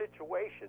situation